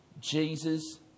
Jesus